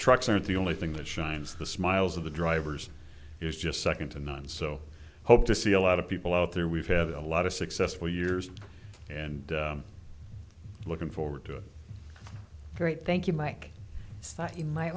trucks aren't the only thing that shines the smiles of the drivers is just second to none so i hope to see a lot of people out there we've had a lot of successful years and looking forward to it great thank you mike thought you might